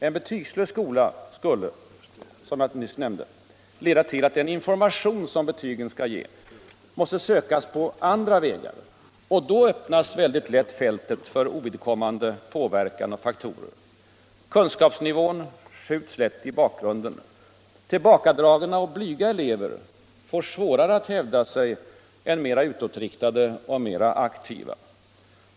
En betygslös skola skulle — som jag nyss nämnde — leda till att den information som betygen skall ge måste sökas på andra vägar, och då öppnas väldigt lätt fältet för påverkan av ovidkommande faktorer. Kunskapsnivån skjuts lätt i bakgrunden. Tillbakadragna och blyga elever får svårare att hävda sig än mera utåtriktade och mera aktiva.